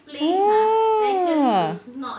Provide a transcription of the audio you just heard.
oh